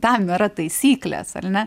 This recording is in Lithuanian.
tam yra taisyklės ar ne